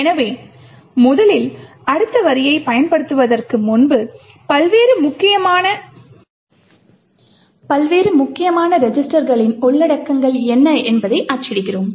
எனவே முதலில் அடுத்த வரியைப் பயன்படுத்துவதற்கு முன்பு பல்வேறு முக்கியமான ரெஜிஸ்டர்களின் உள்ளடக்கங்கள் என்ன என்பதை அச்சிடுகிறோம்